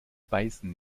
beißen